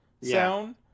sound